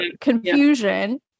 confusion